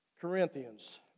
Corinthians